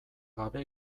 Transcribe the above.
gabe